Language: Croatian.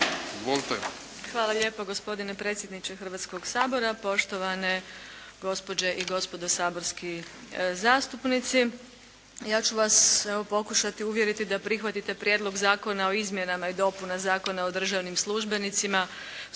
Hvala lijepa gospodine predsjedniče Hrvatskog sabora, poštovane gospođe i gospodo saborski zastupnici. Ja ću vas evo pokušati uvjeriti da prihvatite Prijedlog zakona o izmjenama i dopunama Zakona o državnim službenicima